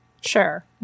sure